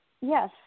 Yes